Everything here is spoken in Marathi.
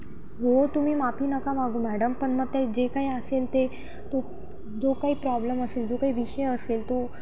हो तुम्ही माफी नका मागू मॅडम पण मग ते जे काय असेल ते तो जो काही प्रॉब्लम असेल जो काही विषय असेल तो